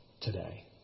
today